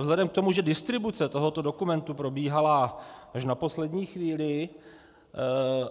Vzhledem k tomu, že distribuce tohoto dokumentu probíhala až na poslední chvíli